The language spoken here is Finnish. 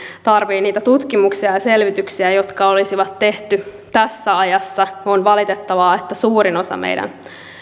tarvitsee niitä tutkimuksia ja selvityksiä jotka olisi tehty tässä ajassa on valitettavaa että suurin osa meidän